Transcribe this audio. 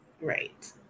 Right